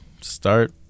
start